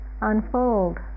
unfold